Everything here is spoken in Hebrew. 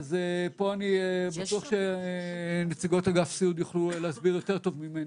פה אני בטוח שנציגות אגף סיעוד יוכלו להסביר יותר טוב ממני.